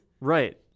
Right